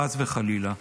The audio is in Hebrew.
חס וחלילה,